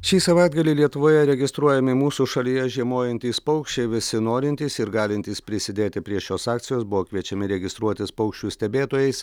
šį savaitgalį lietuvoje registruojami mūsų šalyje žiemojantys paukščiai visi norintys ir galintys prisidėti prie šios akcijos buvo kviečiami registruotis paukščių stebėtojais